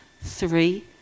three